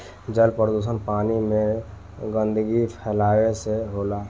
जल प्रदुषण पानी में गन्दगी फैलावला से होला